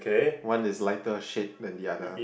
one is lighter shade than the other